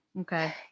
Okay